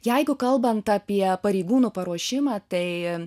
jeigu kalbant apie pareigūnų paruošimą tai